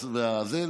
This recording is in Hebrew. הסייעות.